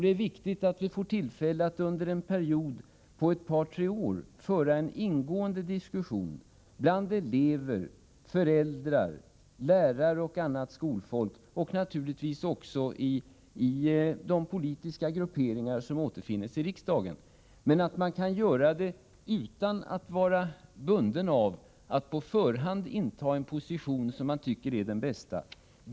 Det är viktigt att vi får tillfälle att under en period av ett par tre år föra en ingående diskussion, bland elever, föräldrar, lärare och annat skolfolk — och naturligtvis också i de politiska grupperingar som återfinns i riksdagen. Man bör kunna diskutera dessa frågor utan att på förhand inta en position som man tycker är den bästa.